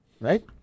right